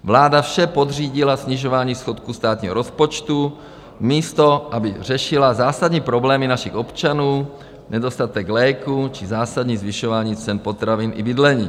Vláda vše podřídila snižování schodku státního rozpočtu, místo aby řešila zásadní problémy našich občanů, nedostatek léků či zásadní zvyšování cen potravin i bydlení.